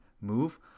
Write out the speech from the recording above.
move